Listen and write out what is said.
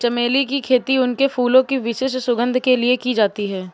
चमेली की खेती उनके फूलों की विशिष्ट सुगंध के लिए की जाती है